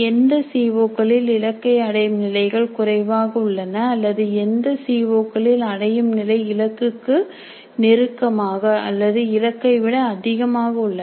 எந்த சிஓ க்களில் இலக்கை அடையும் நிலைகள் குறைவாக உள்ளன அல்லது எந்த சிஓ க்களில் அடையும் நிலை இலக்குக்கு நெருக்கமாக அல்லது இலக்கை விட அதிகமாக உள்ளன